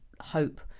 hope